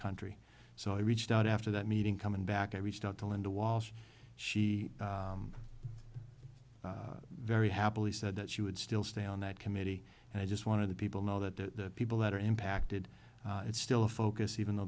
country so i reached out after that meeting coming back i reached out to linda walsh she very happily said that she would still stay on that committee and i just want to the people know that the people that are impacted it's still a focus even though